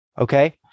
okay